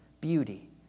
beauty